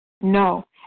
No